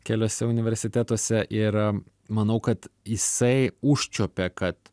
keliuose universitetuose ir manau kad jisai užčiuopė kad